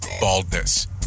baldness